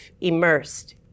immersed